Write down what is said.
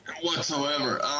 whatsoever